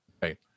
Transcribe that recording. Hey